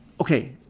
Okay